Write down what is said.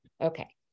Okay